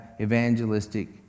evangelistic